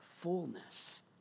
fullness